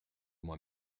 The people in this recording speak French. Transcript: moi